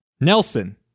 Nelson